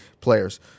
players